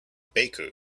baker